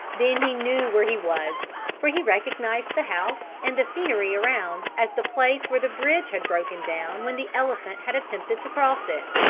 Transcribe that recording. then he knew where he was for he recognized the house and the scenery around as the place where the bridge had broken down when the elephant had attempted to cross it.